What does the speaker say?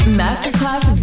masterclass